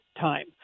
time